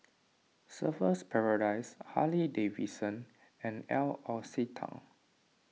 Surfer's Paradise Harley Davidson and L'Occitane